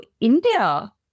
India